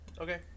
Okay